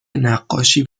نقاشی